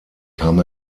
kam